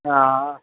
ஆ ஆ